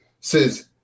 Says